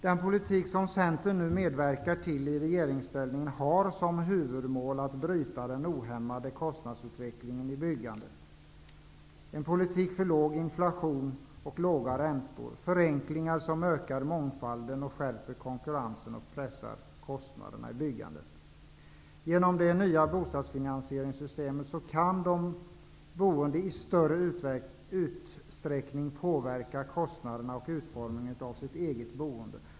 Den politik som Centern nu medverkar till i regeringsställning har som huvudmål att bryta den ohämmade kostnadsutvecklingen i byggandet -- en politik för låg inflation och låga räntor, förenklingar som ökar mångfalden, skärper konkurrensen och pressar kostnaderna i byggandet. Genom det nya bostadsfinansieringssystemet kan de boende i större utsträckning påverka kostnaderna och utformningen av sitt eget boende.